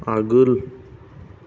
आगोल